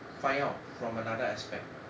find out from another aspect